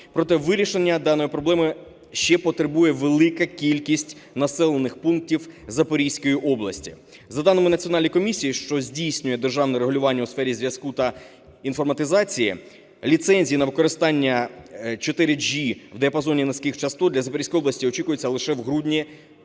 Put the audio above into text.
Проте, вирішення даної проблеми ще потребує велика кількість населених пунктів Запорізької області. За даними Національної комісії, що здійснює державне регулювання у сфері зв'язку та інформатизації, ліцензії на використання 4G в діапазоні низьких частот для Запорізької області очікується лише в грудні